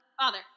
Father